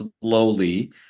slowly